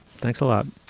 thanks a lot.